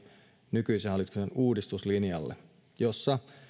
nykyisen hallituksen uudistuslinjalle jossa